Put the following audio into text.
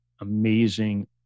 amazing